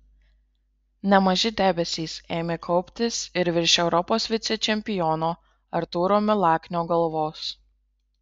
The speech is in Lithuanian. nemaži debesys ėmė kauptis ir virš europos vicečempiono artūro milaknio galvos